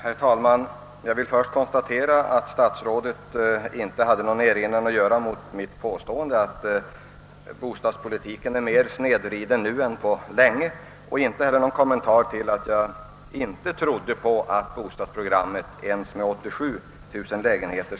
Herr talman! Jag vill först konstatera att statsrådet inte hade någon erinran att göra mot mitt påstående att bostadspolitiken är mer snedvriden nu än på länge. Han har inte heller kommenterat min förmodan att bostadsprogrammet inte skulle kunna uppfyllas ens med 87 000 lägenheter.